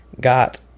got